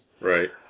Right